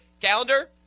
calendar